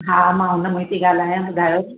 हा मां उन मां ई थी ॻाल्हायां ॿुधायो